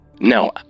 No